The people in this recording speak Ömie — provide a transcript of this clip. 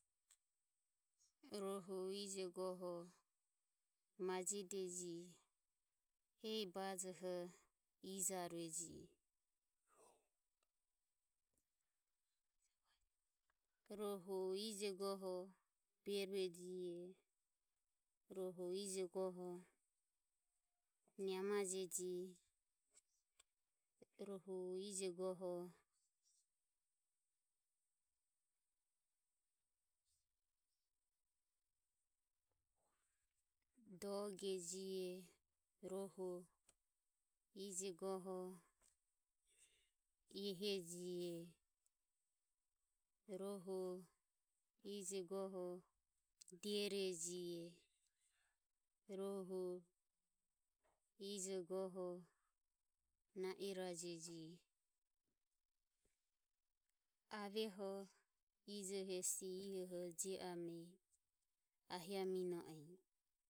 Rohu ije goho Majiodeji hehi ijo bajoho ijarue ji, rohu ije goho Berue jihe rohu ije goho Nemaje jihe Doge jihe, rohu Hie jihe rohu ije goho Diore jihe rohu ije goho Nairaje jihe. aveho ije hesi ihe jioame ahi amino e.